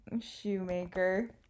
Shoemaker